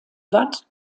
wat